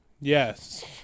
Yes